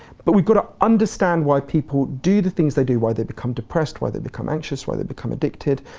but but we've gotta understand why people do the things they do, why they become depressed, why they become anxious, why they become addicted.